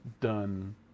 done